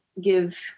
give